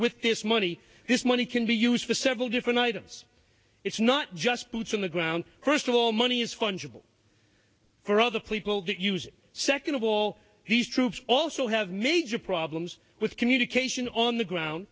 with this much this money can be used for several different items it's not just boots on the ground first of all money is fungible for other people that use it second of all these troops also have major problems with communication on the ground